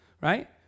right